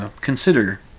consider